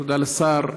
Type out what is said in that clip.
תודה לשר.